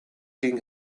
king